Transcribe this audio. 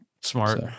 Smart